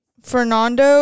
Fernando